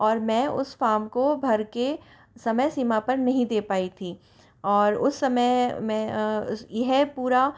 और मैं उस फॉर्म को भर के समय सीमा पर नहीं दे पाई थी और उस समय में यह पूरा